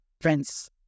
Friends